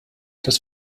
das